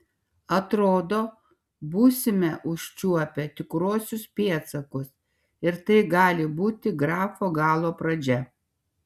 atrodo būsime užčiuopę tikruosius pėdsakus ir tai gali būti grafo galo pradžia